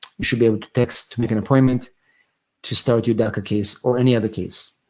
you should be able to text to make an appointment to start your daca case or any other case.